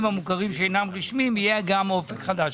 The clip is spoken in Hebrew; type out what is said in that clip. המוכרים שאינם רשמיים יהיה גם אופק חדש.